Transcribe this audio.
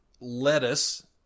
lettuce